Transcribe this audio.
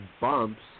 bumps